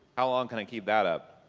how long can i keep that up?